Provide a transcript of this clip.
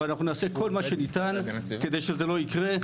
אבל אנחנו נעשה כל מה שניתן כדי שזה לא יקרה.